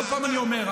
עוד פעם אני אומר,